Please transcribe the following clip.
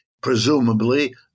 presumably